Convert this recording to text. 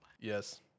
Yes